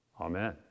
amen